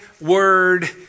word